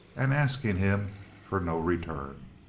and asking him for no return.